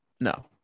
No